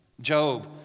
Job